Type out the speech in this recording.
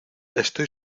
estoy